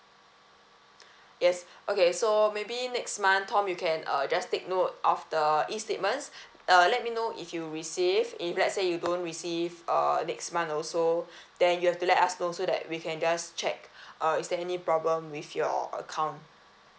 yes okay so maybe next month tom you can uh just take note of the E statements uh let me know if you received if let's say you don't receive uh next month also then you have to let us know so that we can just check uh is there any problem with your account